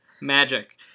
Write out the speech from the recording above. Magic